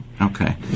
Okay